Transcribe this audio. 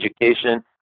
education